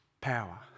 Power